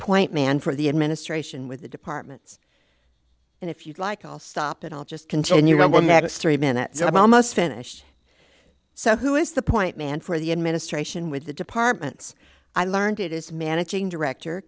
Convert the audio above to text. point man for the administration with the departments and if you'd like i'll stop and i'll just continue on the next three minutes i'm almost finished so who is the point man for the administration with the departments i learned it is managing director